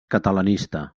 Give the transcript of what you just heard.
catalanista